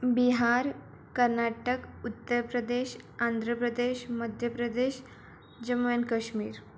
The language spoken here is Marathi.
बिहार कर्नाटक उत्तर प्रदेश आंध्र प्रदेश मध्य प्रदेश जम्मू अॅंड कश्मीर